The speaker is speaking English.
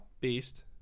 Beast